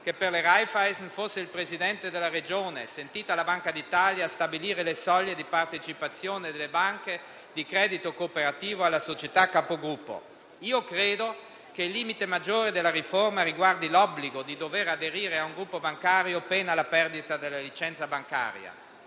che per le Raiffeisen fosse il Presidente della Regione, sentita la Banca d'Italia, a stabilire le soglie di partecipazione delle banche di credito cooperativo alla società capogruppo. Credo che il limite maggiore della riforma riguardi l'obbligo di dover aderire a un gruppo bancario pena la perdita della licenza bancaria.